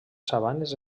sabanes